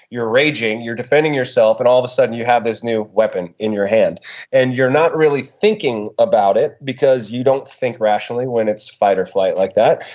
you're raging you're defending yourself and all of a sudden you have this new weapon in your hand and you're not really thinking about it you don't think rationally when it's fight or flight like that.